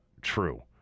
true